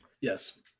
yes